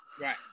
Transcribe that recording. Right